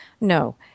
no